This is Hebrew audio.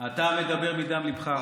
אתה מדבר מדם ליבך.